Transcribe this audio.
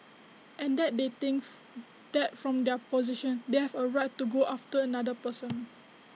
and that they thinks that from their position they have A right to go after another person